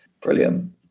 brilliant